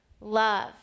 Love